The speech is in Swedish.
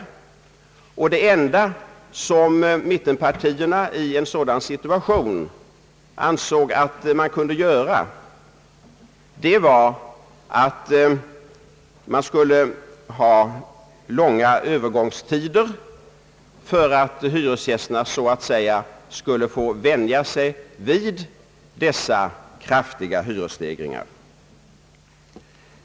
Det enda som mittenpartierna i en sådan situation ansåg att man kunde göra var att införa långa övergångstider för att hyresgästerna så att säga skulle få vänja sig vid dessa kraftiga hyresstegringar.